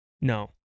No